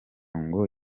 ngo